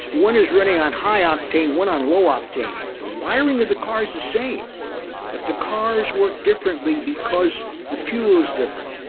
one is running on high octane, one on low octane the wiring of the car's the same but the cars work differently because the fuel's different.